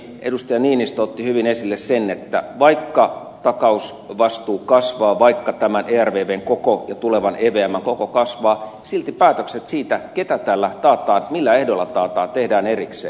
niinistö otti hyvin esille sen että vaikka takausvastuu kasvaa vaikka tämän ervvn koko ja tulevan evmn koko kasvaa silti päätökset siitä ketä tällä taataan millä ehdoilla taataan tehdään erikseen